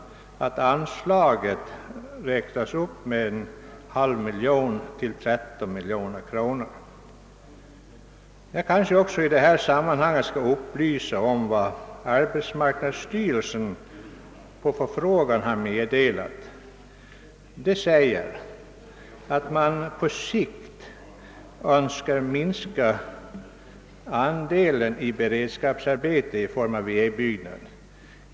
Detta innebär att anslaget uppräknas med 500 000 kronor, medan de belopp inom vilka statsbidrag får beviljas kvarstår oförändrade. Jag kanske i detta sammanhang också skall upplysa om vad arbetsmarknadsstyrelsen på förfrågan har meddelat. Styrelsen förklarar att man på sikt önskar minska andelen i beredskapsarbete i form av vägbyggnad.